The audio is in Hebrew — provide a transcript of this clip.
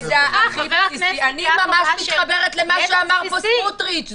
אני מתחברת למה שאמר כאן סמוטריץ'.